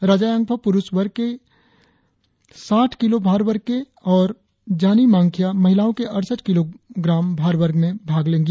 राजा यांफो पुरुष वर्ग के साथ किलों भार वर्ग के और जॉनी मांगखिया महिलाओं के अड़सठ किलोभार वर्ग में हिस्सा लेंगी